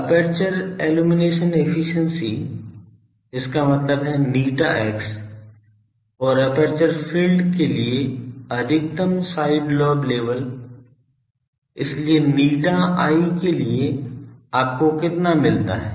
aperture illumination efficiency इसका मतलब है ηx और एपर्चर फ़ील्ड के लिए अधिकतम साइड लोब लेवल इसलिए ηi के लिए आपको कितना मिलता है